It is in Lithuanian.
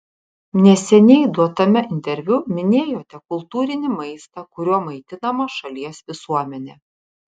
neseniai duotame interviu minėjote kultūrinį maistą kuriuo maitinama šalies visuomenė